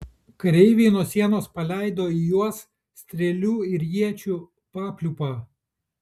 kareiviai nuo sienos paleido į juos strėlių ir iečių papliūpą